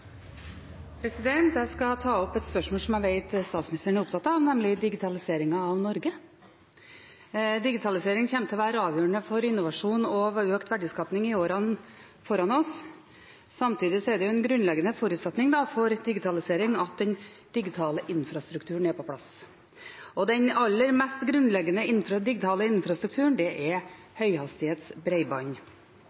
opptatt av, nemlig digitaliseringen av Norge. Digitalisering kommer til å være avgjørende for innovasjon og økt verdiskaping i årene som er foran oss. Samtidig er det en grunnleggende forutsetning for digitalisering at den digitale infrastrukturen er på plass, og den aller mest grunnleggende digitale infrastrukturen er høyhastighetsbredbånd. Dersom det ikke er